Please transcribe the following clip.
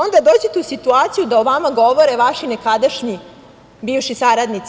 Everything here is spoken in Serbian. Onda dođete u situaciju da o vama govore vaši nekadašnji bivši saradnici.